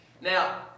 Now